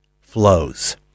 flows